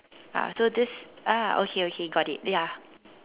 ah so this ah okay okay got it ya